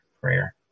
prayer